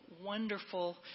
wonderful